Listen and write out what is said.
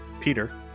Peter